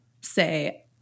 say